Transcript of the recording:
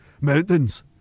mountains